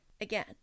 again